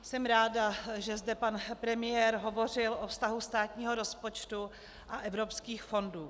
Jsem ráda, že zde pan premiér hovořil o vztahu státního rozpočtu a evropských fondů.